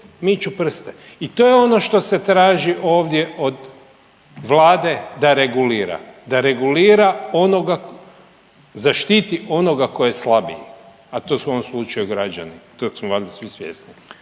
miču prste i to je ono što se traži ovdje od Vlade da regulira, da regulira onoga, zaštiti onoga koji je slabiji, a to su u ovom slučaju građani. Tog smo valjda svi svjesni.